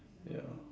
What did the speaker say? ya